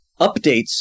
updates